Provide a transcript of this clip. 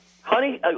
Honey